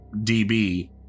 DB